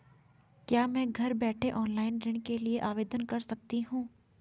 क्या मैं घर बैठे ऑनलाइन ऋण के लिए आवेदन कर सकती हूँ?